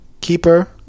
keeper